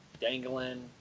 dangling